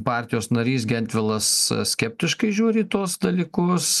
partijos narys gentvilas skeptiškai žiūri tuos dalykus